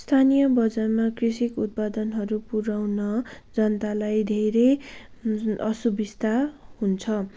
स्थानिय बजारमा कृषि उत्पादनहरू पुऱ्याउन जन्तालाई धेरै असुबिस्ता हुन्छ